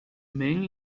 men